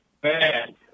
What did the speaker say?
bad